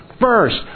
first